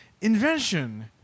invention